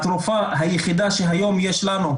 התרופה היחידה שהיום יש לנו,